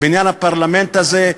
בניין הפרלמנט הזה,